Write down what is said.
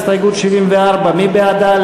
הסתייגות מס' 74. מי בעדה,